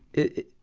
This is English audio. it,